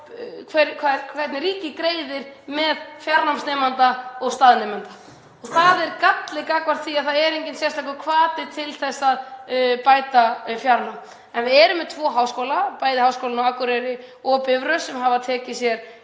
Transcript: hvernig ríkið greiðir með fjarnámsnemanda eða staðarnemanda og það er galli gagnvart því að það er enginn sérstakur hvati til að bæta við fjarnám. Við erum með tvo háskóla, bæði Háskólann á Akureyri og Bifröst, sem hafa tekið stór